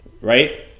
right